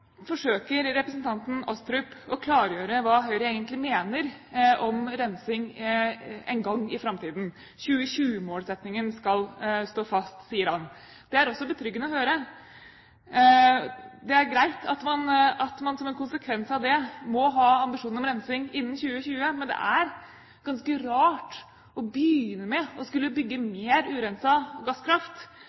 forsøker representanten Astrup å klargjøre hva Høyre egentlig mener om rensing en gang i framtiden. 2020-målsettingen skal stå fast, sier han. Det er også betryggende å høre. Det er greit at man som en konsekvens av det må ha ambisjoner om rensing innen 2020, men det er ganske rart å begynne med å skulle bygge ut mer urenset gasskraft.